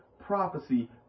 prophecy